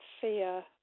fear